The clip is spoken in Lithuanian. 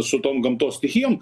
su tom gamtos stichijom